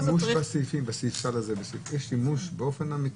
זאת צריך --- יש שימוש בסעיף סל באופן אמיתי?